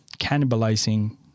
cannibalizing